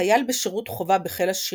חייל בשירות חובה בחיל השריון,